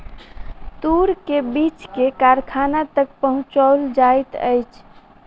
तूर के बीछ के कारखाना तक पहुचौल जाइत अछि